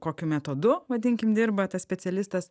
kokiu metodu vadinkim dirba tas specialistas